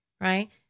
Right